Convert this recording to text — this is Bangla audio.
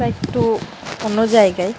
বাই একটু অন্য জায়গায়